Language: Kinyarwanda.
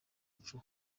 muco